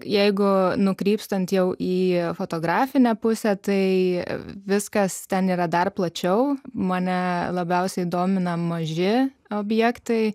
jeigu nukrypstant jau į fotografinę pusę tai viskas ten yra dar plačiau mane labiausiai domina maži objektai